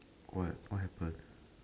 what what happen